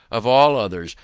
of all others,